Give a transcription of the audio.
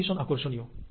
এটা ভীষণ আকর্ষণীয়